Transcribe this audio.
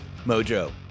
Mojo